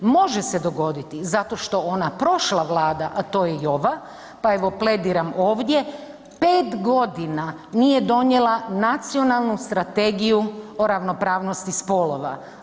Može se dogodi zato što ona prošla Vlada, a to je i ova, pa evo plediram ovdje, pet godina nije donijela nacionalnu strategiju o ravnopravnosti spolova.